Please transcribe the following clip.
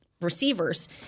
receivers